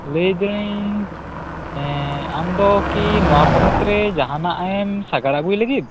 ᱞᱟ ᱭᱮᱫᱟ ᱧ ᱮᱸ ᱟᱢᱫᱚ ᱠᱤ ᱱᱚᱣᱟ ᱯᱚᱱᱚᱛ ᱨᱮ ᱡᱟᱦᱟᱱᱟᱜᱼᱮᱢ ᱥᱟᱜᱟᱲ ᱟᱹᱜᱩᱭ ᱞᱟ ᱜᱤᱫ